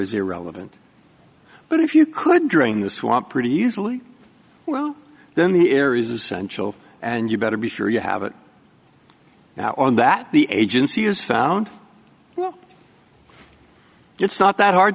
is irrelevant but if you could drain the swamp pretty easily well then the air is essential and you better be sure you have it now on that the agency has found well it's not that hard